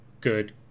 good